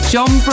John